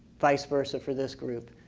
vice versa for this group.